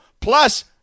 Plus